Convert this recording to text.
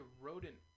rodent